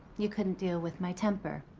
you couldn't deal with my temper,